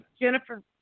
Jennifer